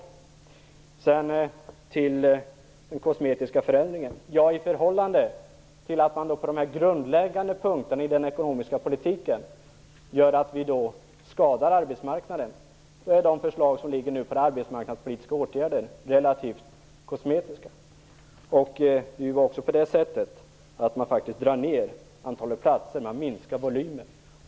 I förhållande till hur arbetsmarknaden skadas i och med grundläggande punkter i regeringens ekonomiska politik, är de förslag till arbetsmarknadspolitiska åtgärder som nu ligger på riksdagens bord relativt kosmetiska. Det är ju också så att man nu faktiskt drar ner antalet platser, att man minskar volymen.